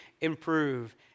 improve